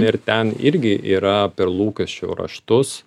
ir ten irgi yra per lūkesčių raštus